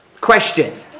Question